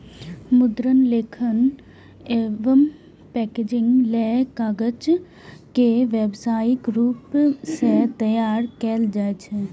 मुद्रण, लेखन एवं पैकेजिंग लेल कागज के व्यावसायिक रूप सं तैयार कैल जाइ छै